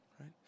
right